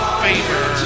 favor